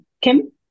Kim